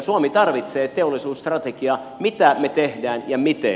suomi tarvitsee teollisuusstrategiaa mitä me teemme ja miten